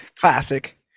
classic